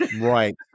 Right